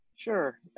Sure